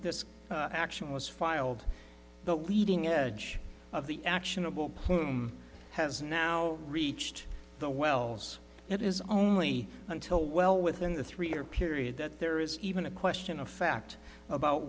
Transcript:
this action was filed the leading edge of the actionable plume has now reached the wells and it is only until well within the three year period that there is even a question of fact about